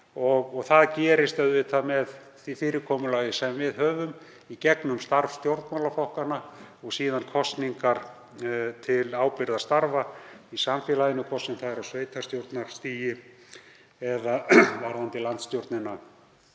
auðvitað með því fyrirkomulagi sem við höfum í gegnum starf stjórnmálaflokkanna og síðan kosningar til ábyrgðarstarfa í samfélaginu, hvort sem það er á sveitarstjórnarstigi eða varðandi landstjórnina